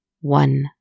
one